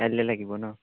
কাইলৈ লাগিব ন'